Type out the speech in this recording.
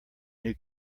new